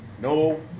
No